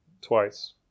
twice